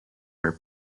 her